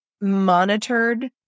monitored